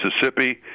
Mississippi